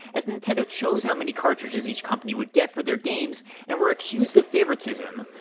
as nintendo chose how many cartridges each company would get for their games and were accused of favoritism.